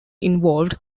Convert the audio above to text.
involved